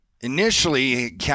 initially